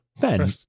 Ben